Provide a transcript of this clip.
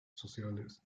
sociales